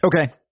Okay